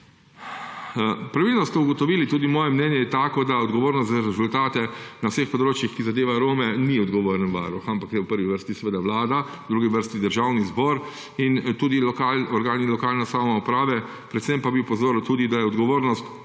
Pravilno ste ugotovili, tudi moje mnenje je tako, da za rezultate na vseh področjih, ki zadevajo Rome, ni odgovoren Varuh, ampak v prvi vrsti Vlada, v drugi vrsti Državni zbor in tudi organi lokalne samouprave. Predvsem pa bi opozoril, da odgovornost